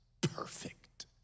perfect